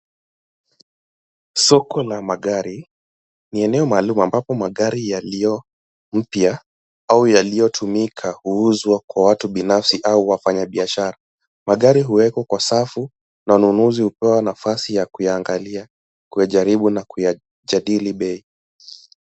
Soko la magari ni eneo maalum ambapo magari yalioyo mpya au yaliyotumika huuzwa kwa watu binafsi au wafanyabiashara. Magari huwekwa kwa safu na wanunuzi hupewa nafasi ya kuyaangalia, kuyajaribu na kuyajadili bei.